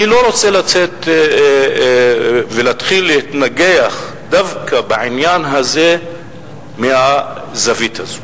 אני לא רוצה לצאת ולהתחיל להתנגח דווקא בעניין הזה מהזווית הזאת,